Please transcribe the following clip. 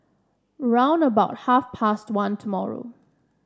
round about half past one tomorrow